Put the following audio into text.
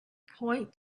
point